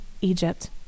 Egypt